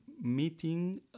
meeting